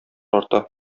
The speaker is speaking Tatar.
арта